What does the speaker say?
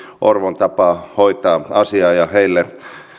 orvon tapaan hoitaa asiaa ja heille